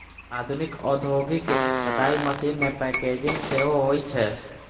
आधुनिक औद्योगिक कताइ मशीन मे पैकेजिंग सेहो होइ छै